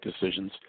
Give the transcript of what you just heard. decisions